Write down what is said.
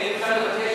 אדוני היושב-ראש,